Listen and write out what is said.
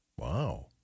Wow